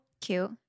Cute